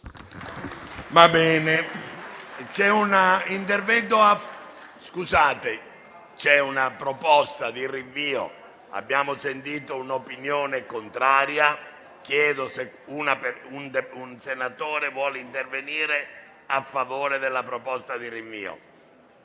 avanzata una proposta di rinvio. Abbiamo sentito un'opinione contraria, chiedo se qualche senatore voglia intervenire a favore della proposta di rinvio.